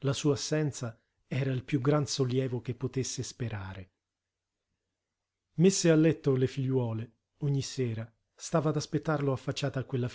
la sua assenza era il piú gran sollievo che potesse sperare messe a letto le figliuole ogni sera stava ad aspettarlo affacciata a quella